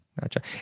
Gotcha